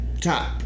top